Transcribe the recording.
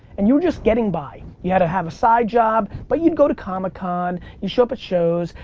and you were just getting by. you had to have a side job but you'd go to comicon. you show up at shows.